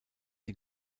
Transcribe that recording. die